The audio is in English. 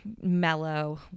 mellow